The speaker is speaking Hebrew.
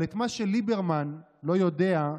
אבל את מה שליברמן לא יודע,